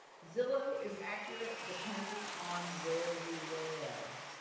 zillow is accurate. depending on where you live.